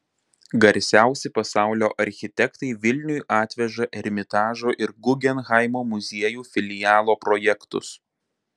garsiausi pasaulio architektai vilniui atveža ermitažo ir gugenhaimo muziejų filialo projektus